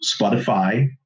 Spotify